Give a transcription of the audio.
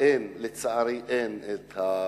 לצערי אין משאבים.